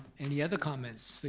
any other comments,